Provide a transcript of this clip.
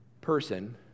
person